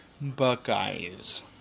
Buckeyes